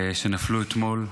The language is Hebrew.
שנפלו אתמול.